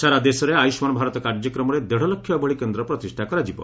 ସାରା ଦେଶରେ ଆୟୁଷ୍ମାନ୍ ଭାରତ କାର୍ଯ୍ୟକ୍ରମରେ ଦେଢ଼ଲକ୍ଷ ଏଭଳି କେନ୍ଦ୍ର ପ୍ରତିଷ୍ଠା କରାଯିବ